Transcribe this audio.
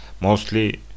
mostly